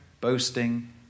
boasting